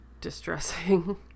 distressing